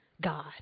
God